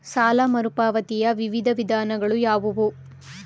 ಸಾಲ ಮರುಪಾವತಿಯ ವಿವಿಧ ವಿಧಾನಗಳು ಯಾವುವು?